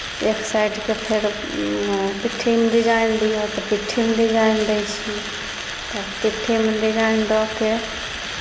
एक साइडके फेर पिट्ठीमे डिजाइन दियौ तऽ पिट्ठीमे डिजाइन दै छी तऽ पिट्ठीमे डिजाइन दऽ कऽ